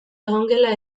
egongela